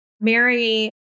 Mary